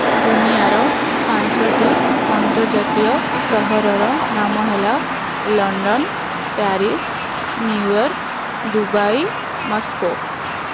ଦୁନିଆର ପାଞ୍ଚୋଟି ଅନ୍ତର୍ଜାତୀୟ ସହରର ନାମ ହେଲା London Paris New York Dubai Moscow